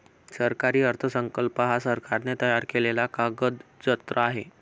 सरकारी अर्थसंकल्प हा सरकारने तयार केलेला कागदजत्र आहे